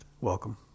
Welcome